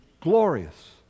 glorious